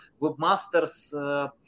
webmasters